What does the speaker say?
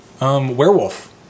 werewolf